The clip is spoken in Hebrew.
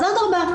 אז אדרבא,